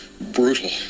brutal